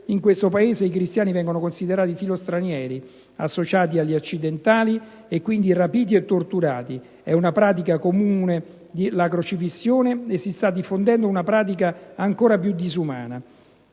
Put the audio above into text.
in questo Paese i cristiani vengono considerati filostranieri associati agli occidentali, e quindi rapiti e torturati. È una pratica comune la crocifissione e si sta diffondendo una pratica ancora più disumana.